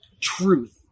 truth